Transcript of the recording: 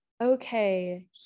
Okay